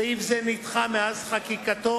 סעיף זה נדחה מאז חקיקתו,